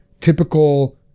typical